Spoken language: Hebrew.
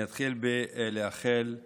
אני אתחיל בלאחל